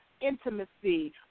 Intimacy